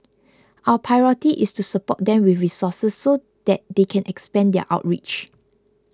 our priority is to support them with resources so that they can expand their outreach